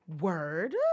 Word